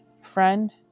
friend